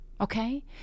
okay